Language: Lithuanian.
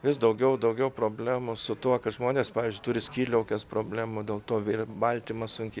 vis daugiau daugiau problemų su tuo kad žmonės pavyzdžiui turi skydliaukės problemų dėl to baltymą sunkiai